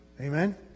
Amen